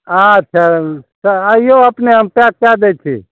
अच्छा तऽ आइयौ अपने हम पैक कै दै छी